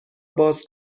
باز